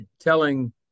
telling